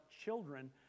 children